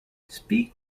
speak